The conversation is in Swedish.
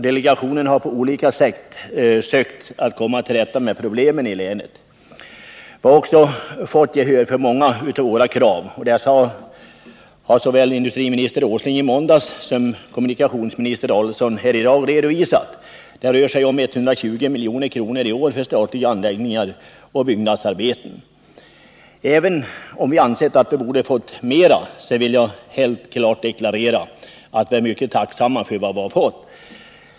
Delegationen har på olika sätt sökt komma till rätta med problemen i länet. Vi har också fått gehör för många av våra krav, och dessa har såväl industriminister Åsling i måndags som kommunikationsminister Adelsohn här redovisat. Det rör sig om 120 milj.kr. i år för statliga anläggningar och byggnadsarbeten. Även om vi ansett att vi borde ha fått mera, vill jag helt klart deklarera att vi är mycket tacksamma för vad vi fått.